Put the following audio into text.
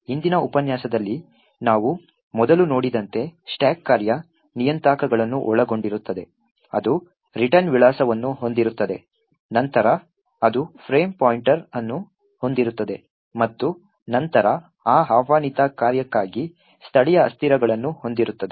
ಹಿಂದಿನ ಉಪನ್ಯಾಸದಲ್ಲಿ ನಾವು ಮೊದಲು ನೋಡಿದಂತೆ ಸ್ಟಾಕ್ ಕಾರ್ಯ ನಿಯತಾಂಕಗಳನ್ನು ಒಳಗೊಂಡಿರುತ್ತದೆ ಅದು ರಿಟರ್ನ್ ವಿಳಾಸವನ್ನು ಹೊಂದಿರುತ್ತದೆ ನಂತರ ಅದು ಫ್ರೇಮ್ ಪಾಯಿಂಟರ್ ಅನ್ನು ಹೊಂದಿರುತ್ತದೆ ಮತ್ತು ನಂತರ ಆ ಆಹ್ವಾನಿತ ಕಾರ್ಯಕ್ಕಾಗಿ ಸ್ಥಳೀಯ ಅಸ್ಥಿರಗಳನ್ನು ಹೊಂದಿರುತ್ತದೆ